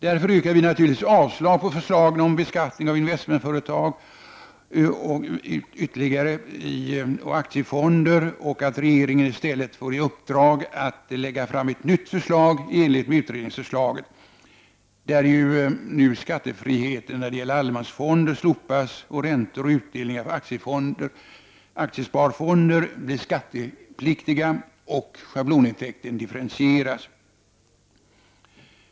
Därför yrkar vi naturligtvis avslag på förslaget om beskattning av investmentföretag och aktiefonder och att regeringen i stället får i uppdrag att lägga fram ett nytt förslag i enlighet med utredningsförslaget, där ju nu skattefriheten när det gäller allemansfonder slopas, räntor och utdelningar från aktiesparfonder blir skattepliktiga och schablonintäkten differentieras.